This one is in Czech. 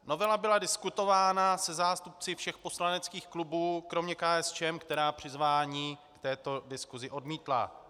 Novela byla diskutována se zástupci všech poslaneckých klubů kromě KSČM, která přizvání k této diskusi odmítla.